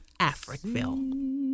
Africville